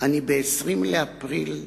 אני ב-20 באפריל השנה,